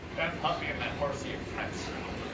that puppy and that horsey are friends now!